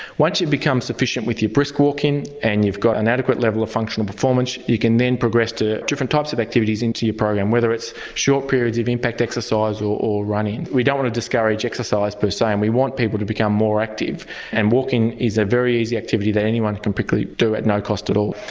once you become sufficient with your brisk walking and you've got an adequate level of function and performance you can then progress to different types of activities into your program whether it's short periods of impact exercise or or running. we don't want to discourage exercise per se and we want people to become more active and walking is a very easy activity that anyone can quickly do at no cost at all.